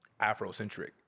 Afrocentric